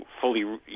fully